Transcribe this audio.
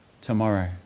tomorrow